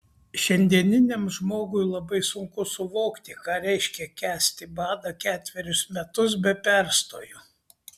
šiandieniam žmogui labai sunku suvokti ką reiškia kęsti badą ketverius metus be perstojo